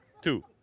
Two